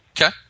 Okay